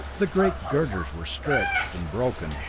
the great girders were stretched and broken,